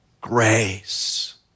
Grace